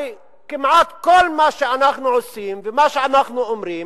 הרי כמעט כל מה שאנחנו עושים ומה שאנחנו אומרים,